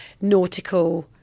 nautical